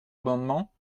amendement